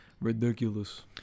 ridiculous